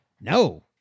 no